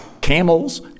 camels